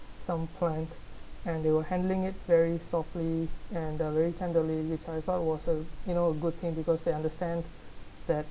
some plant and they were handling it very softly and the very tenderly which I felt was you know a good thing because they understand that